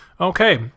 Okay